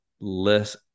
less